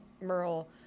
Merle